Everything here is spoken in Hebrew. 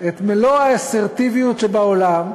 את מלוא האסרטיביות שבעולם,